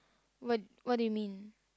what what do you mean